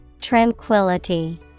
tranquility